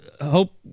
hope